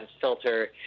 filter